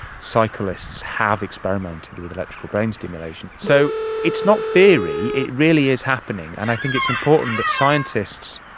cyclists have experimented with electrical brain stimulation. so it's not theory, it really is happening and i think it's important that scientists,